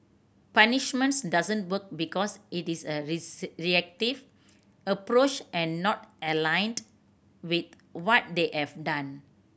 punishment doesn't work because it is a reactive approach and not aligned with what they have done